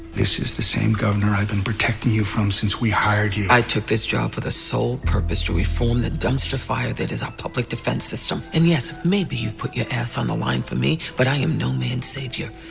this is the same governor i've been protecting you from since we hired you i took this job for the sole purpose to reform the dumpster fire that is our public defense system. and, yes, maybe you've put your ass on the line for me. but i am no man's savior.